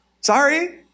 sorry